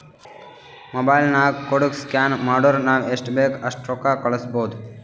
mobile ನಾಗ್ ಕೋಡ್ಗ scan ಮಾಡುರ್ ನಾವ್ ಎಸ್ಟ್ ಬೇಕ್ ಅಸ್ಟ್ ರೊಕ್ಕಾ ಕಳುಸ್ಬೋದ್